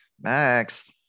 Max